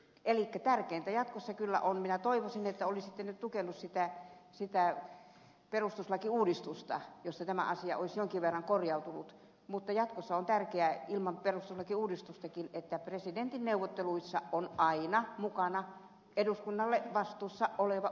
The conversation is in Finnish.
elikkä tärkeintä jatkossa kyllä on minä toivoisin että olisitte nyt tukenut sitä perustuslakiuudistusta jossa tämä asia olisi jonkin verran korjaantunut ilman perustuslakiuudistustakin että presidentin neuvotteluissa on aina mukana eduskunnalle vastuussa oleva ulkoministeri